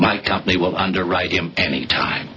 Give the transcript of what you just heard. my company will underwrite him any time